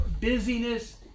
busyness